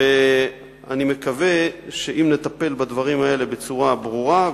אני מקווה שאם נטפל בדברים האלה בצורה ברורה,